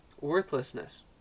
worthlessness